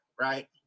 right